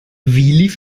lief